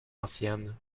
anciennes